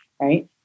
right